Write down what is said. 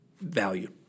value